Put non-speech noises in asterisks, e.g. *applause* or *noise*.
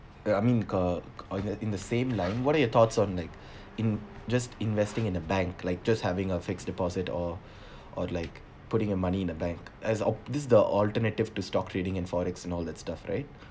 ya I mean uh or you are in the same line what are your thoughts on like *breath* in just investing in the bank like just having a fixed deposit or *breath* or like putting your money in the bank as op~ this is the alternative to stock trading and forex and all that stuff right